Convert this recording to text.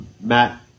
Matt